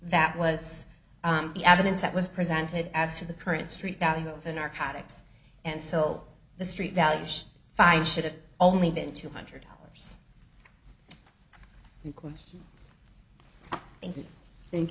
that was the evidence that was presented as to the current street value of the narcotics and so the street value just fine should have only been two hundred dollars the question and thank